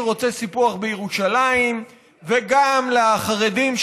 שרוצה סיפוח בירושלים וגם לחרדים,